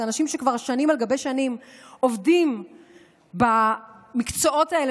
אלה אנשים שכבר שנים על גבי שנים עובדים במקצועות האלה,